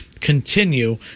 continue